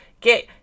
get